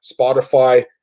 Spotify